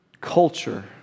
culture